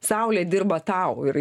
saulė dirba tau ir